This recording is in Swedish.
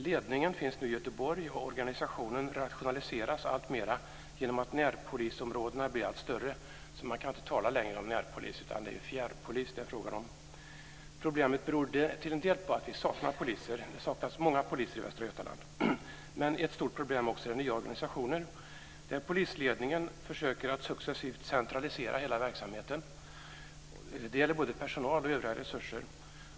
Ledningen finns nu i Göteborg, och organisationen rationaliseras alltmer genom att närpolisområdena blir allt större. Man kan således inte längre tala om närpolis, utan det är fråga om fjärrpolis. Till en del beror problemet på att det saknas många poliser i Västra Götaland. Ett stort problem är också den nya organisationen. Polisledningen försöker successivt att centralisera hela verksamheten. Det gäller både personal och övriga resurser.